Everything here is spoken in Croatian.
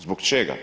Zbog čega?